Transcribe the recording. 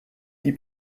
die